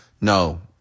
no